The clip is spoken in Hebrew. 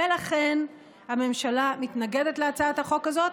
ולכן הממשלה מתנגדת להצעת החוק הזאת.